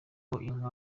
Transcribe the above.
nka